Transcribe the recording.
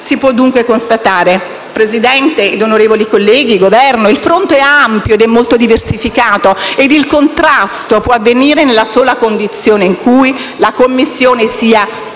si può dunque constatare, Presidente, onorevoli colleghi, Governo, il fronte è ampio e molto diversificato ed il contrasto può avvenire nella sola condizione in cui la Commissione sia unita